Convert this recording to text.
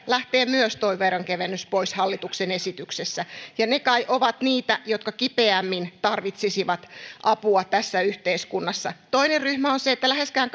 lähtee myös tuo veronkevennys pois hallituksen esityksessä ne kai ovat niitä jotka kipeimmin tarvitsisivat apua tässä yhteiskunnassa toinen ryhmä on se että läheskään